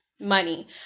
money